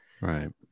Right